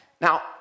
Now